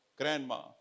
grandma